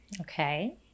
Okay